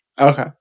Okay